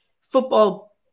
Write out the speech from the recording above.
Football